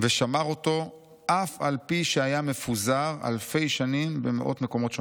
ושמר אותו אף על פי שהיה מפוזר אלפי שנים במאות מקומות שונים.